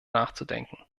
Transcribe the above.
nachzudenken